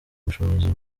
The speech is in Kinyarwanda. bushobozi